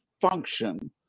function